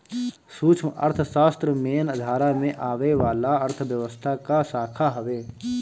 सूक्ष्म अर्थशास्त्र मेन धारा में आवे वाला अर्थव्यवस्था कअ शाखा हवे